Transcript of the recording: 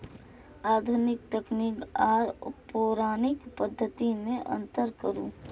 आधुनिक तकनीक आर पौराणिक पद्धति में अंतर करू?